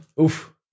Oof